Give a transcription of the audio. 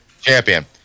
champion